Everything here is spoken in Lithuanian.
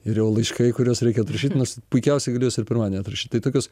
ir jau laiškai kuriuos reikia atrašyt nors puikiausiai galiu juos ir pirmadienį atrašyt tai tokius